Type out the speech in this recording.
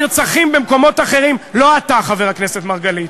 משפחת פוגל,